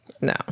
No